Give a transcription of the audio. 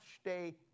stay